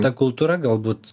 ta kultūra galbūt